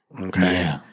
Okay